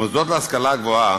המוסדות להשכלה גבוהה,